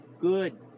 good